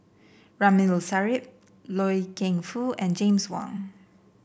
Ramli Sarip Loy Keng Foo and James Wong